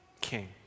king